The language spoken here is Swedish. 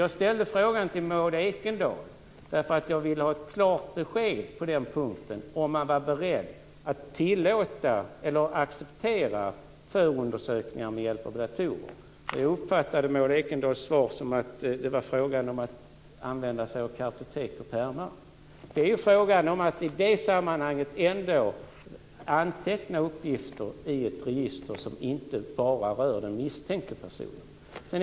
Jag ställde en fråga till Maud Ekendahl, därför att jag ville ha ett klart besked om ifall man var beredd att acceptera förundersökningar med hjälp av datorer. Jag uppfattade Maud Ekendahls svar så att det var fråga om att använda sig av kartotek och pärmar. I det sammanhanget antecknar man ändå uppgifter i ett register som inte bara rör den misstänkte.